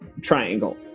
triangle